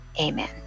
amen